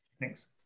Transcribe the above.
Thanks